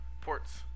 ports